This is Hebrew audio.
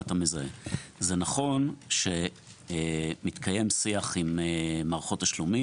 זה נכון שמתקיים שיח עם מערכות תשלומים